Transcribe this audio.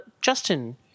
Justin